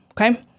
okay